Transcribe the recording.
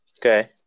Okay